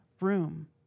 room